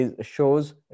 shows